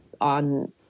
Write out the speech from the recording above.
on